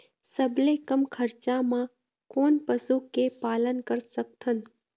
सबले कम खरचा मा कोन पशु के पालन कर सकथन?